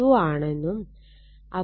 2 ആണെന്നും നൽകിയിട്ടുണ്ട്